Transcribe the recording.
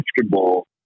comfortable